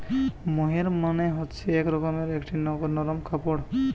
মোহের মানে হচ্ছে এক রকমকার একটি নরম কাপড়